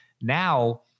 now